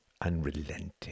unrelenting